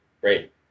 great